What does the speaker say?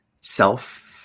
self